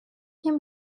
him